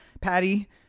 Patty